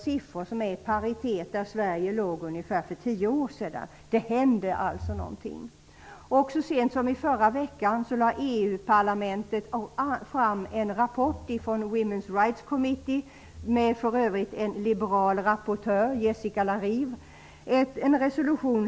Siffrorna är i paritet med de siffror som Sverige hade för cirka tio år sedan, vilket visar att någonting händer. Så sent som i förra veckan lade EU-parlamentet fram en rapport från Women's Right Committe. Rapportören, Jessica la Rive, är för övrigt liberal.